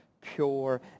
pure